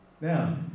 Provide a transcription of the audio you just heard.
Now